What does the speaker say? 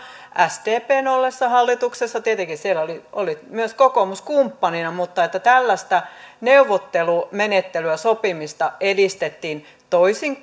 sdpn ollessa hallituksessa tietenkin siellä oli oli myös kokoomus kumppanina mutta tällaista neuvottelumenettelyä sopimista edistettiin toisin